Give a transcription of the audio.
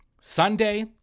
Sunday